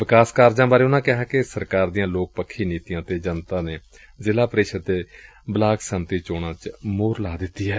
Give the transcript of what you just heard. ਵਿਕਾਸ ਕਾਰਜਾਂ ਬਾਰੇ ਉਨੂਾਂ ਕਿਹਾ ਕਿ ਸਰਕਾਰ ਦੀਆਂ ਲੋਕ ਪੱਖੀ ਨੀਤੀਆਂ ਤੇ ਜਨਤਾ ਨੇ ਜ਼ਿਲ੍ਹਾ ਪਰਿਸ਼ਦ ਤੇ ਬਲਾਕ ਸਮਿਤੀ ਚੋਣਾਂ ਚ ਮੋਹਰ ਲਾ ਦਿੱਤੀ ਏ